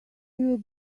were